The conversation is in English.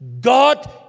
God